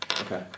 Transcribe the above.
Okay